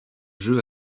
jeu